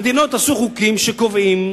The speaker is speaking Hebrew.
המדינות עשו חוקים שקובעים